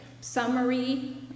summary